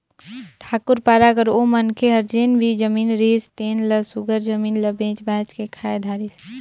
ठाकुर पारा कर ओ मनखे हर जेन भी जमीन रिहिस तेन ल सुग्घर जमीन ल बेंच बाएंच के खाए धारिस